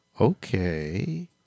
Okay